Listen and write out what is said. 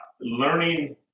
learning